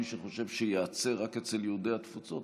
מי שחושב שייעצר רק אצל יהודי התפוצות,